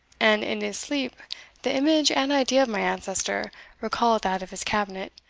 and in his sleep the image and idea of my ancestor recalled that of his cabinet,